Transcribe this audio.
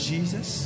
Jesus